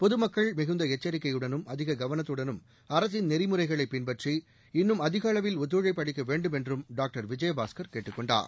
பொதுமக்கள் மிகுந்த எச்சரிக்கையுடனும் அதிக கவனத்துடனும் அரசின் நெறிமுறைகளை பின்பற்றி இன்னும் அதிக அளவில் ஒத்துழைப்பு அளிக்க வேண்டுமென்றும் டாக்டர் விஜயபாஸ்கர் கேட்டுக் கொண்டார்